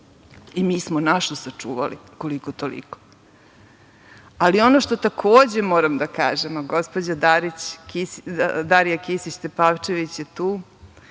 mi smo našu sačuvali koliko-toliko, ali ono što takođe moram da kažem, a gospođa Darija Kisić Tepavčević je tu,